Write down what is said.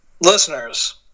Listeners